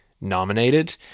nominated